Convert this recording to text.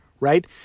right